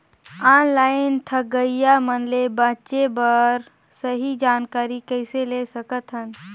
Online ठगईया मन ले बांचें बर सही जानकारी कइसे ले सकत हन?